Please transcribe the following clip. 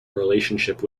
relationship